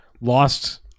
lost